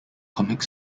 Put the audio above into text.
comic